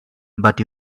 but